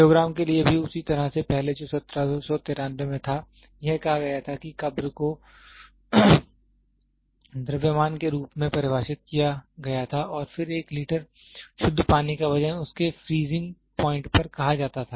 kilogram के लिए भी उसी तरह से पहले जो 1793 में था यह कहा गया था कि कब्र को द्रव्यमान के रूप में परिभाषित किया गया था और फिर 1 लीटर शुद्ध पानी का वजन उसके फ्रीजिंग पॉइंट पर कहा जाता था